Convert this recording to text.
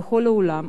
בכל העולם.